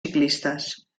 ciclistes